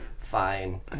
fine